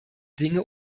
dinge